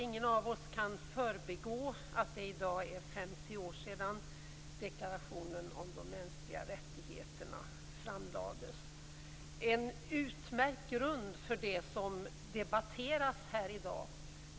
Ingen av oss kan förbigå att det i dag är 50 år sedan deklarationen om de mänskliga rättigheterna lades fram - en utmärkt grund för det som debatteras här i dag.